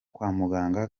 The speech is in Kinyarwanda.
kwamuganga